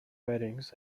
weddings